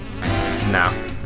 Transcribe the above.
No